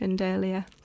earlier